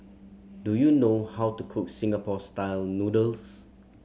do you know how to cook Singapore Style Noodles